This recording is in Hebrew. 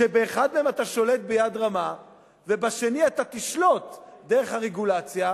שבאחד מהם אתה שולט ביד רמה ובשני אתה תשלוט דרך הרגולציה,